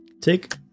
take